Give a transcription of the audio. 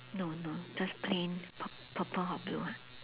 no no just plain purple or blue ha